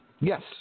Yes